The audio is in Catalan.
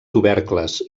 tubercles